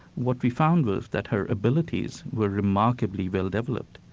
what we found was that her abilities were remarkably well developed.